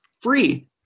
Free